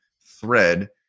thread